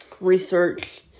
research